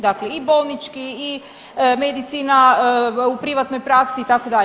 Dakle i bolnički i medicina u privatnoj praksi itd.